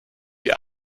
die